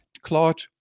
Claude